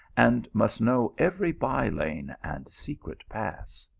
and must know every by-lane and secret pass.